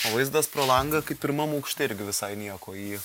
o vaizdas pro langą kaip pirmam aukšte irgi visai nieko į